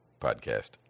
podcast